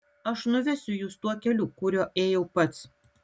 aš nuvesiu jus tuo keliu kuriuo ėjau pats